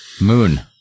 Moon